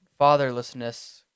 fatherlessness